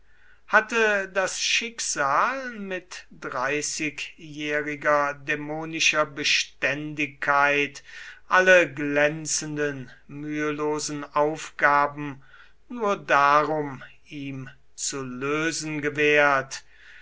hatte das schicksal mit dreißigjähriger dämonischer beständigkeit alle glänzenden mühelosen aufgaben nur darum ihm zu lösen gewährt